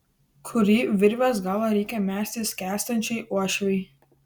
kurį virvės galą reikia mesti skęstančiai uošvei